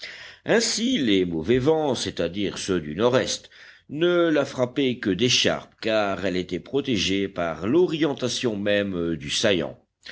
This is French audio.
ainsi les mauvais vents c'est-à-dire ceux du nord-est ne la frappaient que d'écharpe car elle était protégée par l'orientation même du saillant